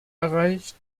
erreicht